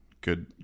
Good